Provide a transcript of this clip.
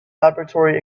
laboratory